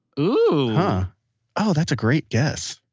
ooh oh. that's a great guess.